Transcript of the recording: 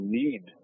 need